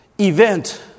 event